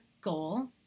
goal